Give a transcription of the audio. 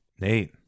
Nate